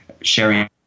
sharing